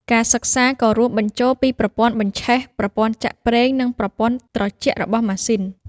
ការសិក្សាក៏រួមបញ្ចូលពីប្រព័ន្ធបញ្ឆេះ ប្រព័ន្ធចាក់ប្រេងនិងប្រព័ន្ធត្រជាក់របស់ម៉ាស៊ីន។